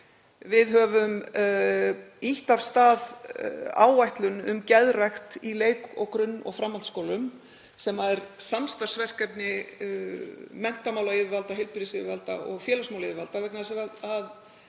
Við höfum ýtt af stað áætlun um geðrækt í leik-, grunn- og framhaldsskólum, sem er samstarfsverkefni menntamálayfirvalda, heilbrigðisyfirvalda og félagsmálayfirvalda, vegna